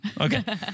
Okay